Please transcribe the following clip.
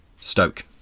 Stoke